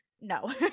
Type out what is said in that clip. No